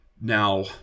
Now